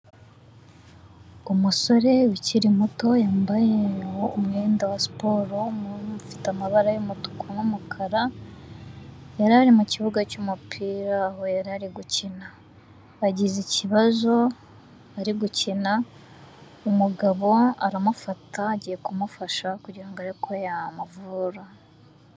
Umusore ukiri muto yambaye umwenda wa siporo ufite amabara y'umutuku n'umukara, yari ari mu kibuga cy'umupira, aho yari ari gukina. Agize ikibazo ari gukina, umugabo aramufata agiye kumufasha kugira ngo arebe ko yamuvura.